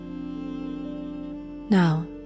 Now